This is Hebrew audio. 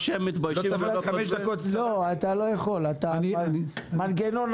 או שהם מתביישים ולא כתבו ---- אפשר לקבל חמש דקות --- לא,